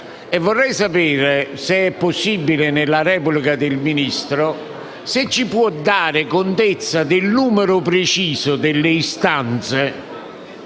e vorrei sapere se è possibile che nella replica il Ministro ci dia contezza del numero preciso delle istanze